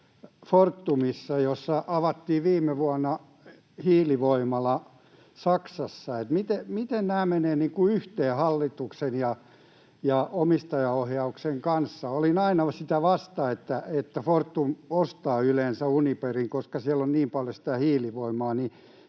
joka avasi viime vuonna hiilivoimalan Saksassa. Miten nämä menevät yhteen hallituksen omistajaohjauksen kanssa? Olin ainoa sitä vastaan, että Fortum yleensä ostaa Uniperin, koska siellä on niin paljon sitä hiilivoimaa.